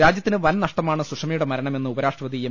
രാജ്യത്തിന് വൻനഷ്ടമാണ് സുഷമയുടെ മരണമെന്ന് ഉപരാഷ്ട്രപതി എം